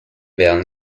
wären